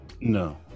No